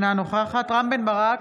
אינה נוכחת רם בן ברק,